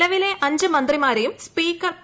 നിലവിലെ അഞ്ച് മന്ത്രിമാരെയും സ്പീക്കർ പി